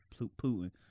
Putin